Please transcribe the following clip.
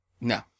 no